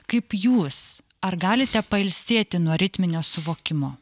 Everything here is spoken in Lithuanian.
kaip jūs ar galite pailsėti nuo ritminio suvokimo